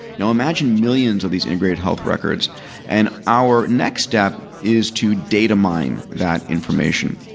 now, imagine millions of these integrated health records and our next step is to data mine that information.